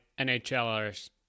NHLers